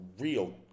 real